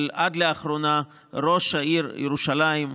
אבל עד לאחרונה ראש עיריית ירושלים,